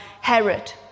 Herod